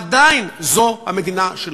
עדיין זו המדינה שלהם.